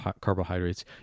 carbohydrates